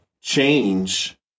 change